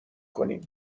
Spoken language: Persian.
کنیم